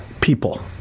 people